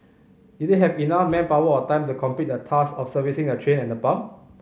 did they have enough manpower or time to complete the task of servicing the train and the pump